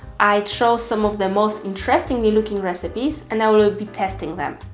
i chose some of the most interestingly looking recipes and i will be testing them.